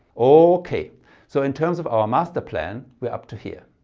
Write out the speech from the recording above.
okay so in terms of our master plan we're up to here.